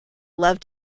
love